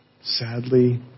Sadly